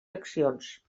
accions